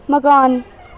मकान